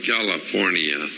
California